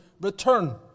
return